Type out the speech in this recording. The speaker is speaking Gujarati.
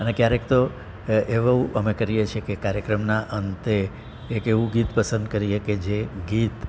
અને ક્યારેક તો એવું અમે કરીએ છીએ કાર્યક્રમના અંતે એક એવું ગીત પસંદ કરીએ કે જે ગીત